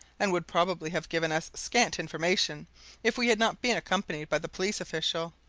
and would probably have given us scant information if we had not been accompanied by the police official,